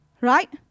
Right